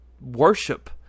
worship